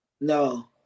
No